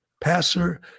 passer